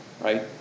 right